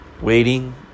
waiting